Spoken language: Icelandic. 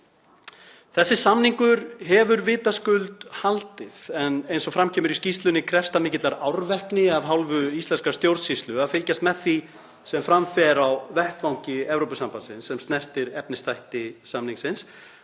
Þessi samningur hefur vitaskuld haldið en eins og fram kemur í skýrslunni krefst það mikillar árvekni af hálfu íslenskrar stjórnsýslu að fylgjast með því sem fram fer á vettvangi Evrópusambandsins sem snertir efnisþætti samningsins